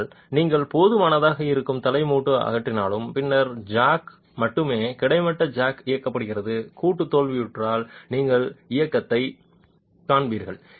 ஆனால் நீங்கள் போதுமானதாக இருக்கும் தலை மூட்டு அகற்றினாலும் பின்னர் ஜாக் மட்டுமே கிடைமட்ட ஜாக் இயக்கப்படுகிறது கூட்டு தோல்வியுற்றால் நீங்கள் இயக்கத்தைக் காண்பீர்கள்